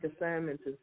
assignments